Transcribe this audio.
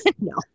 no